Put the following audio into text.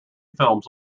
films